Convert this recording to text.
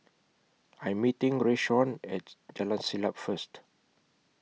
I'm meeting Rayshawn At Jalan Siap First